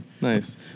Nice